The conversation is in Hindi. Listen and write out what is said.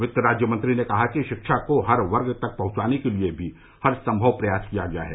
वित्त राज्य मंत्री ने कहा कि शिक्षा को हर वर्ग तक पहुंचाने के लिए भी हरसंभव प्रयास किया गया है